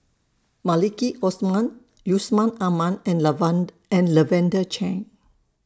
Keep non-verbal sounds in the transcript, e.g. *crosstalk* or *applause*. Maliki Osman Yusman Aman and *unintelligible* and Lavender Chin